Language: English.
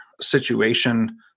situation